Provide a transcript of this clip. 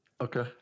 Okay